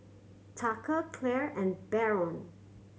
Tucker Clair and Baron